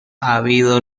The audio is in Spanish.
habido